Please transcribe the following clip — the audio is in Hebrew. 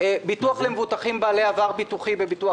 ביטוח למבוטחים בעלי עבר ביטוחי בביטוח